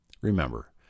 Remember